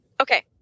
okay